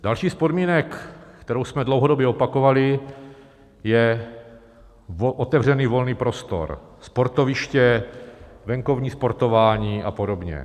Další z podmínek, kterou jsme dlouhodobě opakovali, je otevřený volný prostor sportoviště, venkovní sportování a podobně.